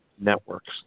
networks